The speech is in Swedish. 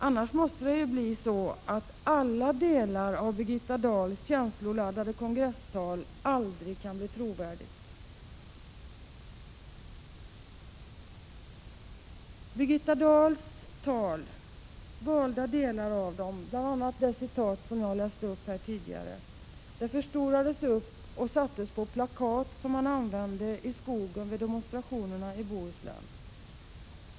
Annars måste det ju bli så, att delar av Birgitta Dahls känsloladdade kongresstal aldrig kan bli trovärdiga. Valda delar av Birgitta Dahls tal, bl.a. det som jag citerade tidigare, förstorades upp och sattes på plakat som man använde i skogen vid demonstrationerna i Bohuslän.